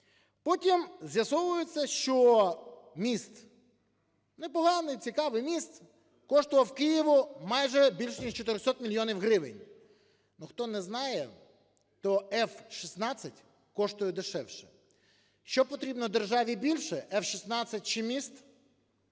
Потім з'ясовується, що міст, непоганий, цікавий міст, коштував Києву майже більше ніж чотирьохсот мільйонів гривень. Ну, хто не знає, то F-16 коштує дешевше. Що потрібно державі більше: F-16 чи міст?